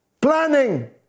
planning